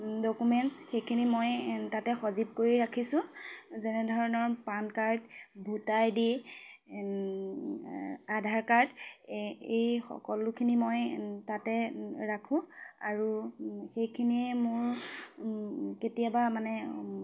documents সেইখিনি মই তাতে সজীৱ কৰি ৰাখিছোঁ যেনেধৰণৰ PAN card voter I D Aadhaar card এই এই সকলোখিনি মই তাতে ৰাখোঁ আৰু সেইখিনিয়ে মোৰ কেতিয়াবা মানে